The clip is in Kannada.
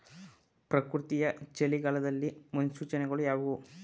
ಪ್ರಕೃತಿಯ ಚಳಿಗಾಲದ ಮುನ್ಸೂಚನೆಗಳು ಯಾವುವು?